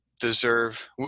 deserve